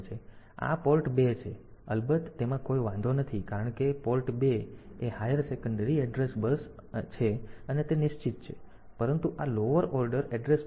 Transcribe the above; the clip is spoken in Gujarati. તેથી આ પોર્ટ 2 છે અલબત્ત તેમાં કોઈ વાંધો નથી કારણ કે પોર્ટ 2 એ હાયર ઓર્ડર એડ્રેસ બસ છે અને તે નિશ્ચિત છે પરંતુ આ લોઅર ઓર્ડર એડ્રેસ બસ છે